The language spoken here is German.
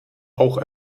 auch